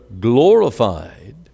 glorified